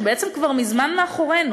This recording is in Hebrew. שבעצם כבר מזמן מאחורינו.